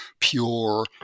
pure